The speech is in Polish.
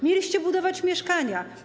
Mieliście budować mieszkania.